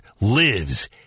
lives